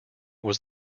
was